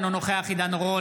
אינו נוכח עידן רול,